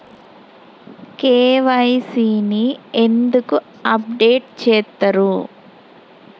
KYC ని ఎందుకు update చేత్తరు?